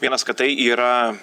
vienas kad tai yra